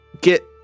get